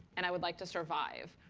and i would like to survive.